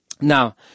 Now